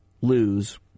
lose